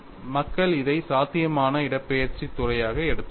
மக்கள் இதை சாத்தியமான இடப்பெயர்ச்சி துறையாக எடுத்துள்ளனர்